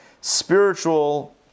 spiritual